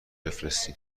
بفرستین